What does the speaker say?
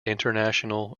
international